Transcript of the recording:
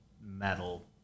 metal